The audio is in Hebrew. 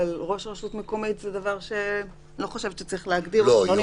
אבל ראש רשות מקומית זה דבר שאני לא חושבת שצריך להגדיר אותו.